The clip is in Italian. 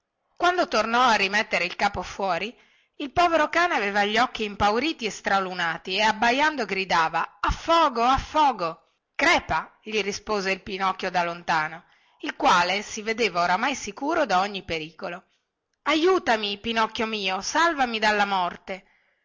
quando torno a rimettere il capo fuori il povero cane aveva gli occhi impauriti e stralunati e abbaiando gridava affogo affogo crepa gli rispose pinocchio da lontano il quale si vedeva oramai sicuro da ogni pericolo aiutami pinocchio mio salvami dalla morte